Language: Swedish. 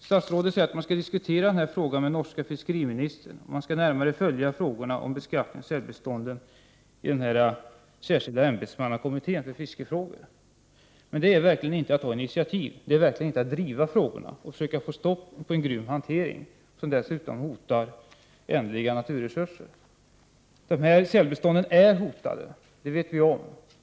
Statsrådet säger att han skall diskutera frågan med den norska fiskeriministern och att frågorna om beskattningen av sälbestånden närmare skall följas i den särskilda ämbetsmannakommittén för fiskefrågor. Men det är verkligen inte att ta initiativ, det är verkligen inte att driva frågorna och försöka få stopp på en grym hantering, som dessutom hotar ändliga naturresurser. Dessa sälbestånd är hotade, det vet vi.